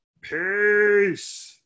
Peace